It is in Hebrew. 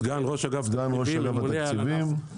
סגן ראש אגף התקציבים וממונה על החקלאות.